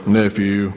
nephew